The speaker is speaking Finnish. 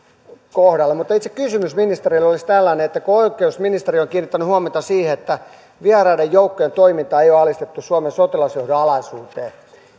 kohdalle mutta itse kysymys ministerille olisi tällainen kun oikeusministeriö on kiinnittänyt huomiota siihen että vieraiden joukkojen toimintaa ei ole alistettu suomen sotilasjohdon alaisuuteen